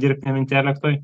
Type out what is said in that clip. dirbtiniam intelektui